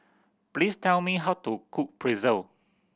please tell me how to cook Pretzel